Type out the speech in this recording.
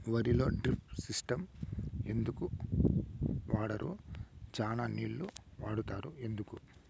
వరిలో drip system ఎందుకు వాడరు? చానా నీళ్లు వాడుతారు ఎందుకు?